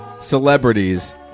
celebrities